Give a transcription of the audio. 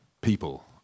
people